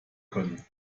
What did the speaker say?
können